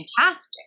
fantastic